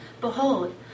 Behold